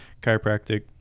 chiropractic